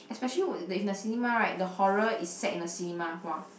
especially if in the cinema right the horror is set in the cinema (wah)